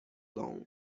long